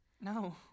No